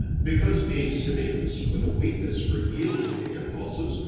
because, being simians, with a weakness for yielding to impulses,